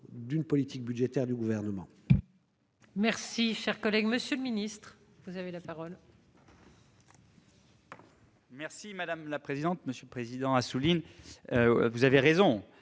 de la politique budgétaire du Gouvernement.